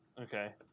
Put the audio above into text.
Okay